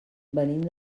venim